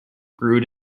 brewed